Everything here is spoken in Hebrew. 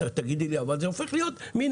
תגידי לי, אבל זה הופך להיות מינהלי.